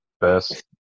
best